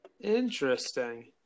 Interesting